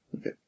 Okay